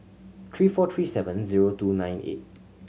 three four three seven zero two nine eight